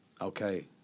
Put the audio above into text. Okay